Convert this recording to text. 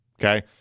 Okay